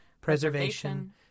preservation